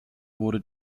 wurde